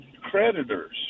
creditors